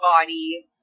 body